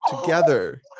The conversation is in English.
together